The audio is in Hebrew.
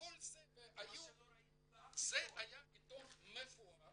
וכל זה, זה היה עיתון מפואר